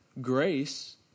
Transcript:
Grace